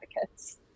advocates